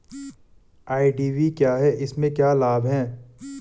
IDV क्या है इसमें क्या लाभ है?